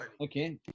Okay